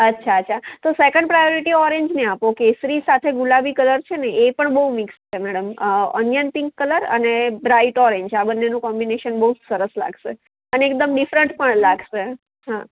અચ્છા અચ્છા તો સેકંડ પ્રાયોરિટી ઓરેંજ ને આપો કેસરી સાથે ગુલાબી કલર છેને એ પણ બહુ મીક્ષ છે મેડમ ઓનિયન પિન્ક કલર અને બ્રાઇટ ઓરેંજ આ બંનેનું કોમ્બિનેશન બહુ જ સરસ લાગશે અને એકદમ ડિફરન્ટ પણ લાગશે હા